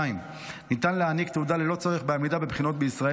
2. ניתן להעניק תעודה ללא צורך בעמידה בבחינות בישראל